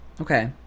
Okay